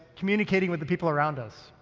communicating with the people around us.